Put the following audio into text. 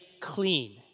clean